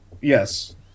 Yes